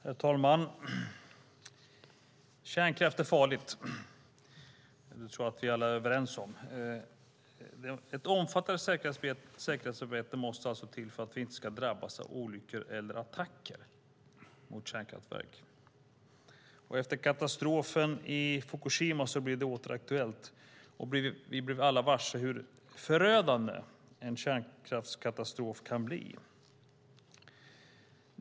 Herr talman! Kärnkraft är farligt. Det tror jag att vi alla är överens om. Ett omfattande säkerhetsarbete måste alltså till för att vi inte ska drabbas av kärnkraftsolyckor eller attacker mot kärnkraftverk. Efter katastrofen i Fukushima blev det åter aktuellt, och vi blev alla varse hur förödande en kärnkraftskatastrof kan vara.